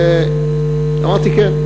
ואמרתי: כן,